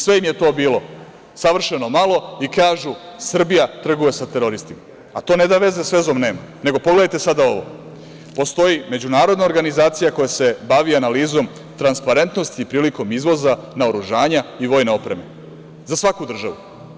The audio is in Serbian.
Sve im je to bilo savršeno malo i kažu - Srbija trguje sa teroristima, a to ne da veze s vezom nema, nego pogledajte sada ovo, postoji međunarodna organizacija koja se bavi analizom transparentnosti prilikom izvoza naoružanja i vojne opreme za svaku državu.